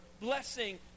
blessing